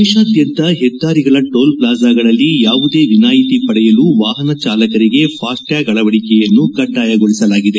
ದೇಶಾದ್ಯಂತ ಹೆದ್ದಾರಿಗಳ ಟೋಲ್ ಪ್ಲಾಜಾಗಳಲ್ಲಿ ಯಾವುದೇ ವಿನಾಯಿತಿ ಪಡೆಯಲು ವಾಹನ ಚಾಲಕರಿಗೆ ಫಾಸ್ಸ್ ಟ್ಲಾಗ್ ಅಳವಡಿಕೆಯನ್ನು ಕಡ್ಡಾಯಗೊಳಿಸಲಾಗಿದೆ